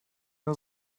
nur